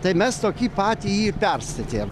tai mes tokį patį jį ir perstatėm